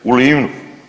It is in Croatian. U Livnu.